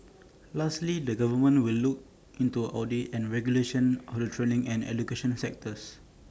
lastly the government will look into audit and regulation of the training and education sectors